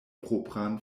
propran